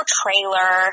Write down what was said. trailer